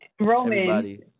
Roman